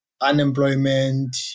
unemployment